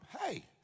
Hey